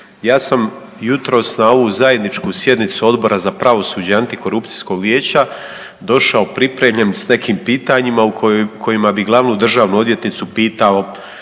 Ja sam jutros na ovu zajedničku sjednicu Odbora za pravosuđe i Antikorupcijskog vijeća došao pripremljen s nekim pitanjima u kojima bi Glavnu državnu odvjetnicu pitao